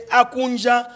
akunja